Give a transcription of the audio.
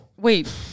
wait